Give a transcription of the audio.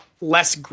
less